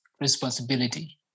responsibility